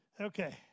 Okay